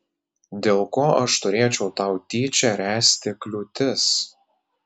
dėl ko aš turėčiau tau tyčia ręsti kliūtis